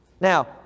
Now